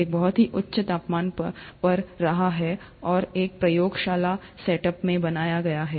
एक बहुत ही उच्च तापमान पर रहा है और एक प्रयोगशाला सेटअप में बनाया गया है